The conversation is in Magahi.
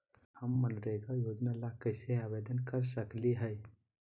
हम मनरेगा योजना ला कैसे आवेदन कर सकली हई?